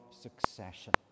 succession